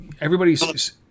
everybody's